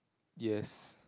yes